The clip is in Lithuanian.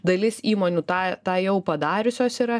dalis įmonių tą tą jau padariusios yra